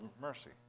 mercy